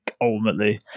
ultimately